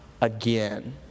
again